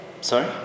Sorry